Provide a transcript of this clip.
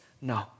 No